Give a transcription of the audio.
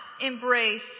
embrace